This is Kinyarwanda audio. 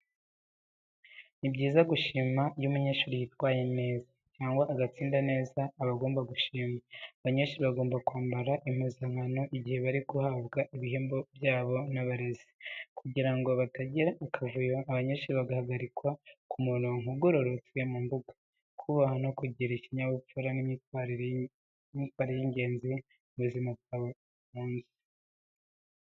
Ni byiza gushima, iyo umunyeshuri yitwaye neza cyangwa agatsinda neza aba agombwa gushimwa. Abanyeshuri bagomba kwambara impuzankano igihe bari guhabwa ibihembo byabo n'abarezi. Kugirango batagira akavuyo abanyeshuri babahagarika ku murongo ugororotse mu mbuga. Kubaha no kugira ikinyabupfura n'imyitwarire y’ingenzi mu buzima bwa buri munsi.